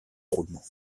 roulement